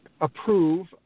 approve